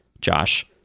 Josh